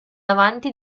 avanti